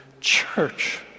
church